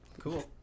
Cool